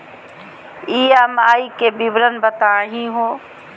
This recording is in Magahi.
ई.एम.आई के विवरण बताही हो?